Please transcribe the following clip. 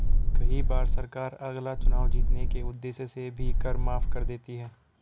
कई बार सरकार अगला चुनाव जीतने के उद्देश्य से भी कर माफ कर देती है